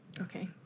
Okay